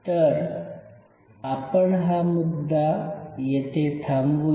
तर आपण हा मुद्दा येथे थांबवूया